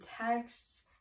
texts